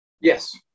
Yes